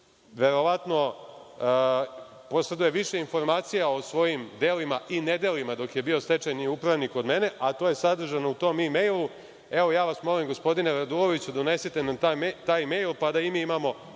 verovatno poseduje više informacija o svojim delima i nedelima dok je bio stečajni upravnik od mene, a to je sadržano u tom mejlu, evo, ja vas molim, gospodine Raduloviću, donesite nam taj mejl, pa da i mi imamo